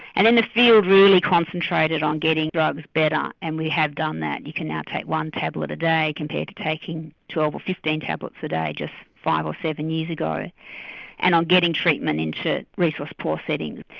and then the field really concentrated on getting drugs better and we have done that, you can now take one tablet a day compared to taking twelve or fifteen tablets a day just five or seven years ago and on getting treatment into resource poor settings.